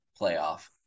playoff